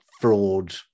fraud